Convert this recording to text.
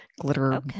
glitter